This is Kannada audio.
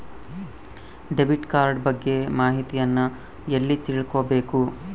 ಡೆಬಿಟ್ ಕಾರ್ಡ್ ಬಗ್ಗೆ ಮಾಹಿತಿಯನ್ನ ಎಲ್ಲಿ ತಿಳ್ಕೊಬೇಕು?